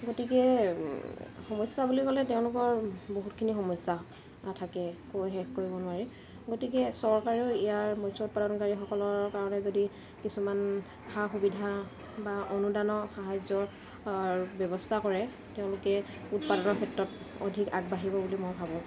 গতিকে সমস্যা বুলি ক'লে তেওঁলোকৰ বহুতখিনি সমস্যা থাকে কৈ শেষ কৰিব নোৱাৰি গতিকে চৰকাৰেও ইয়াৰ মৎস্য় উৎপাদনকাৰীসকলৰ কাৰণে যদি কিছুমান সা সুবিধা বা অনুদানৰ সাহাৰ্য্য়ৰ ব্যৱস্থা কৰে তেওঁলোকে উৎপাদনৰ ক্ষেত্ৰত অধিক আগবাঢ়িব বুলি মই ভাবোঁ